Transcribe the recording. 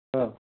ہاں